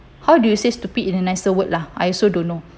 how do you say stupid in a nicer word lah I also don't know